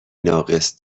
ناقص